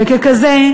וככזה,